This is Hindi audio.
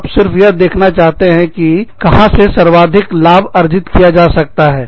आप सिर्फ यह देखना चाहते हो कि कहां से सर्वाधिक लाभ अर्जित किया जा सकता है